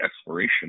exploration